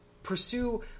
Pursue